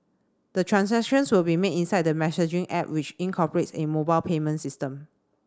the transactions will be made inside the messaging app which incorporates a mobile payment system